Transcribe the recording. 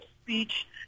speech